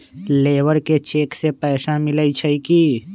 Labour के cheque से पैसा मिलई छई कि?